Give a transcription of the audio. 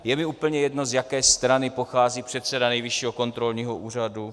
Je mi úplně jedno, z jaké strany pochází předseda Nejvyššího kontrolního úřadu.